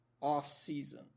off-season